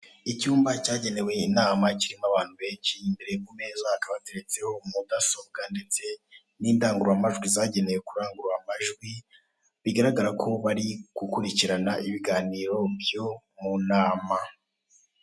Icyumba cyagenewe inama kirimo abantu benshi, imbere yo ku meza hakaba hateretseho mudasobwa ndetse n'indangurura majwi zagenewe kurangurura amajwi, bigaragara ko bari gukurikirana ibiganiro byo mu inama.